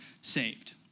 saved